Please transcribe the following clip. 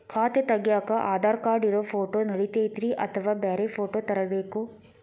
ಖಾತೆ ತಗ್ಯಾಕ್ ಆಧಾರ್ ಕಾರ್ಡ್ ಇರೋ ಫೋಟೋ ನಡಿತೈತ್ರಿ ಅಥವಾ ಬ್ಯಾರೆ ಫೋಟೋ ತರಬೇಕೋ?